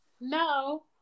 No